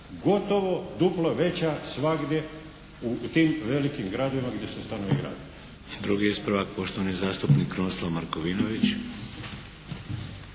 gotovo duplo veća svagdje u tim velikim gradovima gdje se gradovi grade.